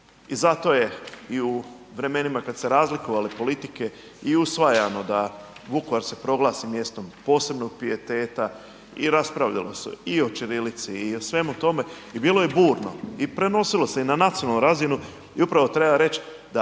I zato je i u vremenima kad su se razlikovale politike i usvajano da Vukovar se proglasi mjestom posebnog pijeteta i raspravljalo se i o ćirilici i o svemu tome i bilo je burno i prenosilo se i na nacionalnu razinu i upravo treba reći da